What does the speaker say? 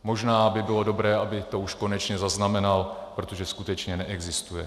Možná by bylo dobré, aby to už konečně zaznamenal, protože skutečně neexistuje.